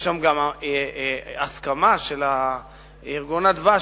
יש גם הסכמה של "מרכז אדוה",